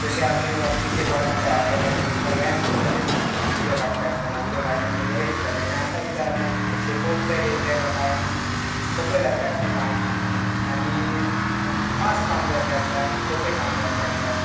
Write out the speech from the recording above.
जशें आमी वांटणीचेर वाडटा त्या भशेन आमकां व्यायाम जाताले उदक हाडटा आसतना उदक हाडले म्हणट बरें दिसतालें आनी आतां कितें जालां हे पंप सायड येयल्ले कारणान सोंपें जाल्लें आसा काम आनी फास्ट काम जाल्लें आसा सोंपें काम जाल्लें आसा